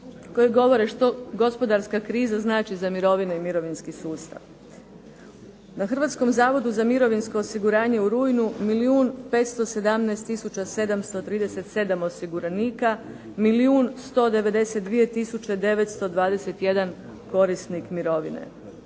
koje govore što gospodarska kriza znači za mirovine i mirovinski sustav. Na Hrvatskom zavodu za mirovinsko osiguranje u rujnu milijun 517 tisuća 737 osiguranika, milijun 192 tisuće 921 korisnik mirovine.